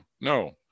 No